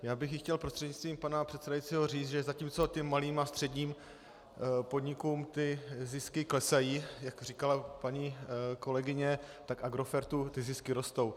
Já bych jí chtěl prostřednictvím pana předsedajícího říct, že zatímco těm malým a středním podnikům zisky klesají, jak říkala paní kolegyně, tak Agrofertu ty zisky rostou.